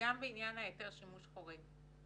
וגם בעניין היטל שימוש חורג.